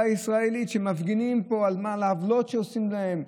הישראלית שמפגינים פה על העוולות שעושים להם,